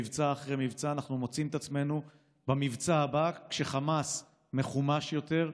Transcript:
מבצע אחר מבצע אנחנו מוצאים את עצמנו במבצע הבא כשחמאס מחומש יותר,